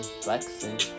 flexing